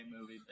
movie